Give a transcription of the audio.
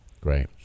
Great